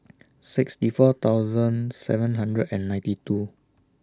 sixty four thousand seven hundred and ninety two